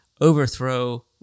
overthrow